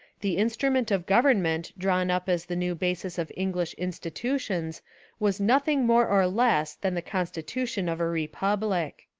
the instrument of government drawn up as the new basis of english institutions was nothing more or less than the constitution of a repub lic.